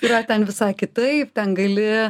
yra ten visai kitaip ten gali